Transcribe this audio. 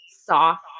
soft